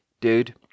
dude